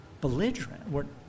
belligerent